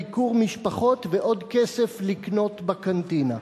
ביקור משפחות ועוד כסף לקנות בקנטינה.